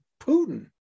Putin